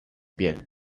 piel